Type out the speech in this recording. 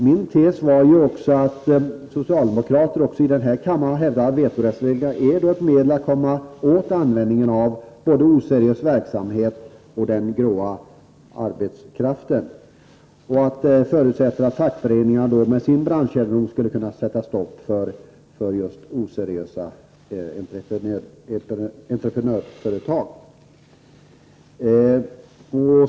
Min tes var att socialdemokraterna också i kammaren hävdar att vetorättsreglerna är ett medel för att komma åt både oseriös verksamhet och den gråa arbetskraften och förutsätter att fackföreningarna med sin branschkännedom skall kunna sätta stopp för oseriösa entreprenadföretag.